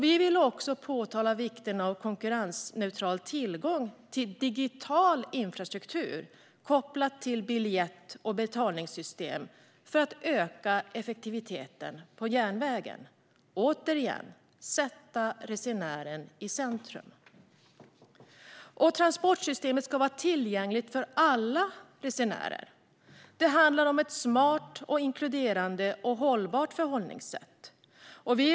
Vi vill också peka på vikten av konkurrensneutral tillgång till digital infrastruktur kopplat till biljett och betalningssystem, för att effektiviteten på järnvägen ska öka. Det handlar återigen om att sätta resenären i centrum. Transportsystemet ska också vara tillgängligt för alla resenärer. Det handlar om ett smart, inkluderande och hållbart förhållningssätt.